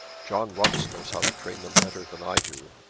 john runce knows how to train them better than i do.